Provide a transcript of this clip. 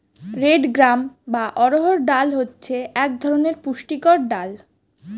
red gram বা অড়হর ডাল হচ্ছে এক ধরনের পুষ্টিকর ডাল